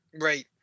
Right